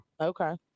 Okay